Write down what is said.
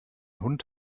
hund